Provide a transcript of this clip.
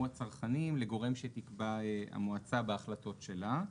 הצרכנים לגורם שתקבע המועצה בהחלטות שלה.